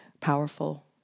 Powerful